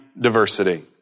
diversity